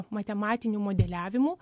matematiniu modeliavimu